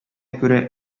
күрә